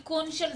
התיקון של זה,